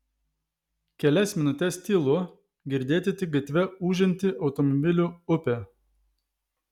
kelias minutes tylu girdėti tik gatve ūžianti automobilių upė